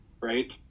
Right